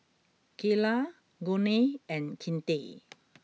Kaela Gurney and Kinte